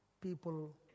People